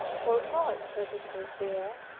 forgot that it was there,